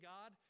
God